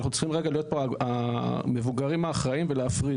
אנחנו צריכים רגע להיות פה המבוגרים האחראים ולהפריד.